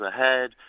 ahead